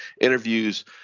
interviews